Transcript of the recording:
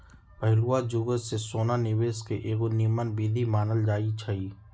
पहिलुआ जुगे से सोना निवेश के एगो निम्मन विधीं मानल जाइ छइ